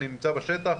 אני נמצא בשטח,